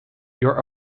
your